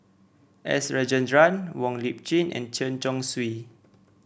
S Rajendran Wong Lip Chin and Chen Chong Swee